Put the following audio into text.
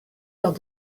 lors